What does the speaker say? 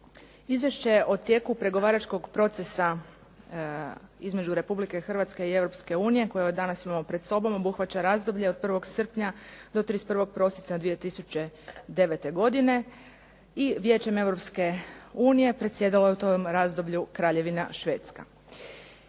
Izvješće o tijeku pregovaračkog procesa između Republike Hrvatske i Europske unije koje od danas imamo pred sobom obuhvaća razdoblje od 1. srpnja do 31. prosinca 2009. godine, i Vijećem Europske unije predsjedalo je u tom razdoblju Kraljevina Švedska.